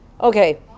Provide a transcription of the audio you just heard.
Okay